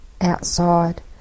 outside